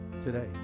today